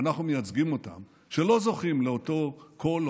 שאנחנו מייצגים אותם לא זוכים לאותו קול,